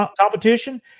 competition